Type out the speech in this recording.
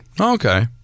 Okay